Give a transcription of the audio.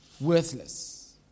worthless